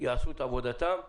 יעשו את עבודתם ולהפנות,